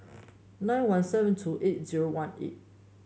nine one seven two eight zero one four